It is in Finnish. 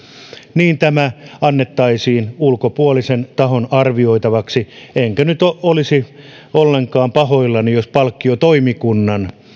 niin tämä annettaisiin ulkopuolisen tahon arvioitavaksi enkä nyt olisi ollenkaan pahoillani jos palkkiotoimikunnan